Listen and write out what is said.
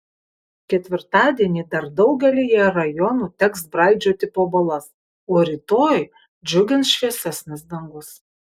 ketvirtadienį dar daugelyje rajonų teks braidžioti po balas o rytoj džiugins šviesesnis dangus